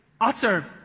utter